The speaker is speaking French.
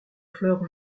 fleur